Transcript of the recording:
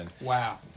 Wow